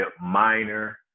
minor